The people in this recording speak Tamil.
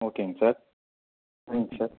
ஓகேங்க சார் சரிங்க சார்